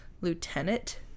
lieutenant